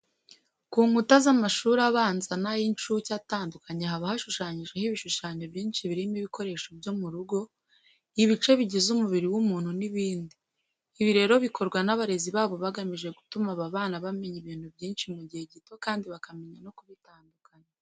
Ku nkuta z'amashuri abanza n'ay'incuke atandukanye haba hashushanyijeho ibishushanyo byinshi birimo ibikoresho byo mu rugo, ibice bigize umubiri w'umuntu n'ibindi. Ibi rero bikorwa n'abarezi babo bagamije gutuma aba bana bamenya ibintu byinshi mu gihe gito kandi bakamenya no kubitandukanya.